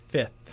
Fifth